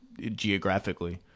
geographically